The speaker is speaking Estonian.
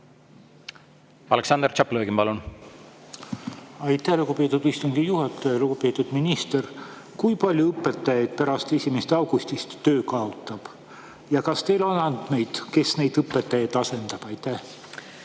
Aleksandr Tšaplõgin, palun! Aitäh, lugupeetud istungi juhataja! Lugupeetud minister! Kui palju õpetajaid pärast 1. augustit töö kaotab ja kas teil on andmeid, kes neid õpetajaid asendab? Aitäh,